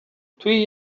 توی